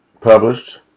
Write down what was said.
published